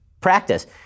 practice